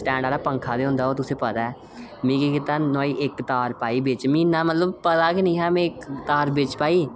stand आह्ला पक्खा होंदा ओह् तुसेंगी पता ऐ में केह् कीता नुहाड़ी इक्क तार पाई बिच इन्ना मतलब में पता गै निहा की तार बिच पाई